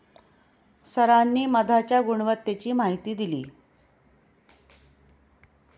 सरांनी मधाच्या गुणवत्तेची माहिती दिली